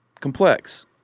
complex